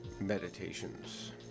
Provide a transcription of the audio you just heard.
meditations